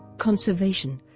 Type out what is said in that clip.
conservation